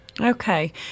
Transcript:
Okay